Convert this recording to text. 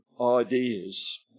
ideas